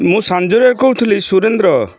ମୁଁ ସାଞ୍ଜୁରେ କହୁଥିଲି ସୁରେନ୍ଦ୍ର